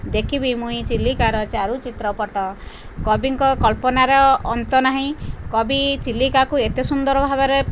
ଦେଖିବି ମୁଇଁ ଚିଲିକାର ଚାରୁଚିତ୍ର ପଟ୍ଟ କବିଙ୍କ କଳ୍ପନା ର ଅନ୍ତ ନାହିଁ କବି ଚିଲିକାକୁ ଏତେ ସୁନ୍ଦର ଭାବରେ